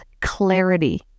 clarity